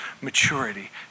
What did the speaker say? maturity